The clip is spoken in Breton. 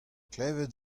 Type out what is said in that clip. klevet